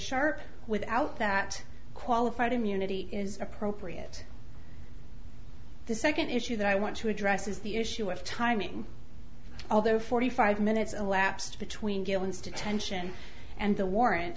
sharp without that qualified immunity is appropriate the second issue that i want to address is the issue of timing although forty five minutes elapsed between guillen's detention and the